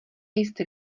jste